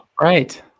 right